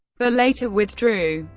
but later withdrew.